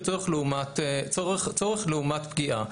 אם צריך טביעת אצבע או לא?